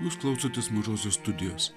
jūs klausotės mažosios studijos